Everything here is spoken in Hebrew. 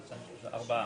ארבעה.